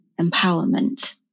empowerment